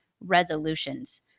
resolutions